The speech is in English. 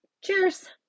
cheers